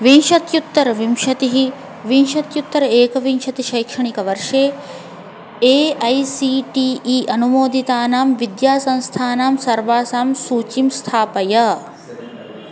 विंशत्युत्तरविंशतिः विंशत्युत्तरैकविंशतिशैक्षणिकवर्षे A I C T E अनुमोदितानां विद्यासंस्थानां सर्वासां सूचीं स्थापय